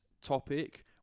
topic